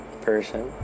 person